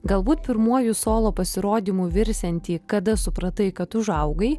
galbūt pirmuoju solo pasirodymu virsiantį kada supratai kad užaugai